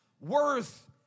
worth